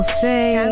say